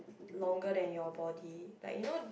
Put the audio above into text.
longer than your body like you know